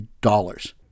dollars